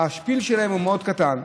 ה"שפיל" שלהם הוא מאוד קטן,